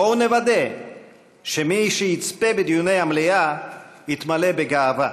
בואו נוודא שמי שיצפה בדיוני המליאה יתמלא בגאווה.